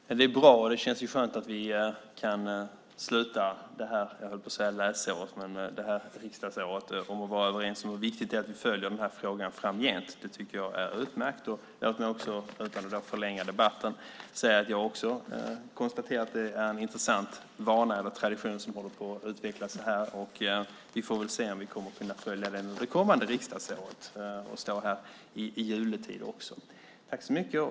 Fru talman! Det är bra, och det känns skönt att vi kan sluta - jag höll på att säga det här läsåret - det här riksdagsåret med att vara överens om hur viktigt det är att vi följer de här frågorna framgent. Det tycker jag är utmärkt. Låt mig, utan att förlänga debatten, säga att också jag har konstaterat att det är en intressant vana eller tradition som håller på att utvecklas här. Vi får väl se om vi kommer att kunna följa den under det kommande riksdagsåret och stå här också i juletid. Tack så mycket!